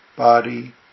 body